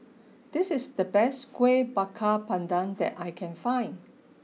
this is the best Kueh Bakar Pandan that I can find